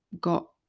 got